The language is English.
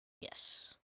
Yes